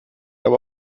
aber